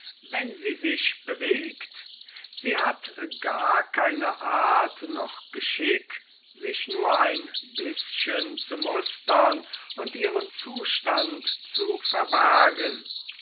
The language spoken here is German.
wenn sie sich bewegt sie hat gar keine art noch geschick sich nur ein bißchen zu mustern und ihren zustand zu verbergen